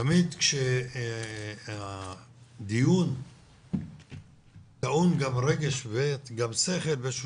תמיד כשהדיון טעון גם רגש וגם שכל באיזה